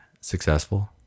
successful